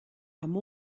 amb